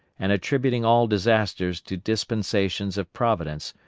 and attributing all disasters to dispensations of providence,